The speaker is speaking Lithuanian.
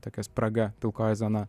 tokia spraga pilkoji zona